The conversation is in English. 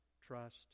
trust